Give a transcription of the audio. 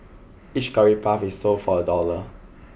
each Curry Puff is sold for a dollar